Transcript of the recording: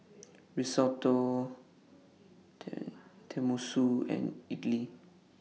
Risotto Tenmusu and Idili